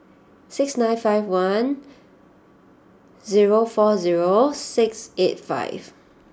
six nine five one zero four zero six eight five